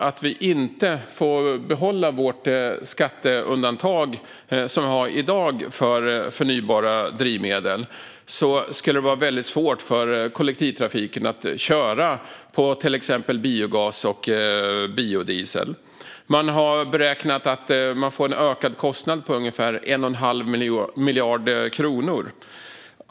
Om vi inte får behålla det skatteundantag som vi i dag har för förnybara drivmedel skulle det bli väldigt svårt för kollektivtrafiken att köra på till exempel biogas och biodiesel. Man har beräknat att det blir en ökad kostnad på ungefär 1 1⁄2 miljard kronor.